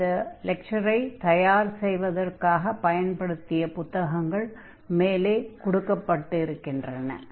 மேலே இந்த லெக்சரை தயார் செய்வதற்காகப் பயன்படுத்திய புத்தகங்கள் கொடுக்கபட்டிருக்கின்றன